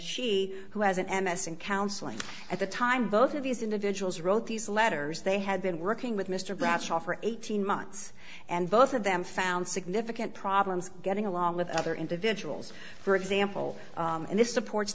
she who has an m s in counseling at the time both of these individuals wrote these letters they had been working with mr bradshaw for eighteen months and both of them found significant problems getting along with other individuals for example and this supports